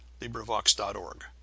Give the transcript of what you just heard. LibriVox.org